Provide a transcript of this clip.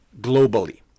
globally